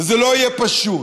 וזה לא יהיה פשוט.